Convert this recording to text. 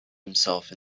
himself